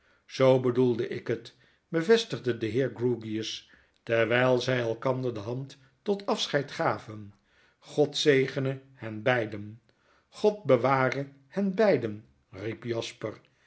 zoo bedoelde ik het bevestigde de heer grewgious terwyl zy elkander de hand totafscheid gaven god zegene hen beiden god beware hen beiden riep jasper